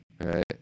right